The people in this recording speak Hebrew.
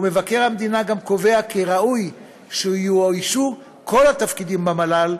ומבקר המדינה גם קובע כי ראוי שיאוישו כל התפקידים במל"ל,